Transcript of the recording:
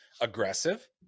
aggressive